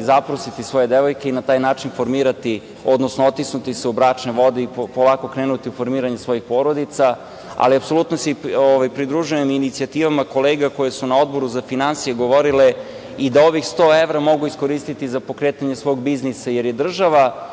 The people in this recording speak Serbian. zaprositi svoje devojke i na taj način formirati, odnosno otisnuti se u bračne vode i polako krenuti u formiranje svojih porodica, ali apsolutno se pridružujem i inicijativama kolega koji su na Odboru za finansije govorile i da ovih 100 evra mogu iskoristiti za pokretanje svog biznisa, jer je država